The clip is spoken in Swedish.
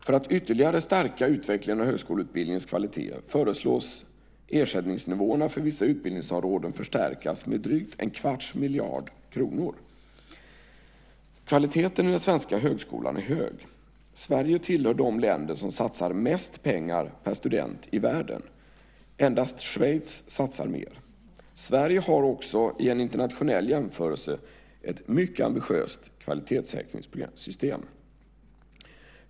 För att ytterligare stärka utvecklingen av högskoleutbildningens kvalitet föreslås ersättningsnivåerna för vissa utbildningsområden förstärkas med drygt en kvarts miljard kronor. Kvaliteten i den svenska högskolan är hög. Sverige tillhör de länder som satsar mest pengar per student i världen. Endast Schweiz satsar mer. Sverige har också i en internationell jämförelse ett mycket ambitiöst kvalitetssäkringssystem.